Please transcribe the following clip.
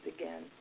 again